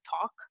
talk